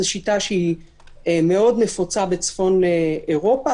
זו שיטה שהיא מאוד נפוצה בצפון אירופה.